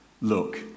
Look